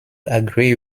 agree